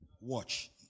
Watch